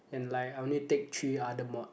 and like I only take three other mod